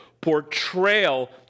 portrayal